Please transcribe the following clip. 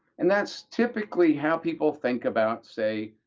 and that's typically how people think about, say,